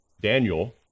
Daniel